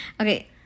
Okay